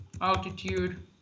altitude